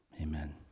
amen